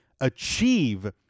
achieve